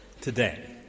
today